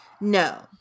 No